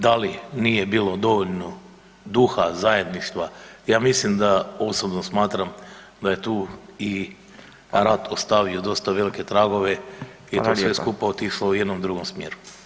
Da li nije bilo dovoljno duha, zajedništva ja mislim da osobno smatram da je tu i rat ostavio dosta velike tragove i [[Upadica: Hvala lijepa.]] to sve skupa otišlo u jednom drugom smjeru.